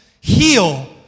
heal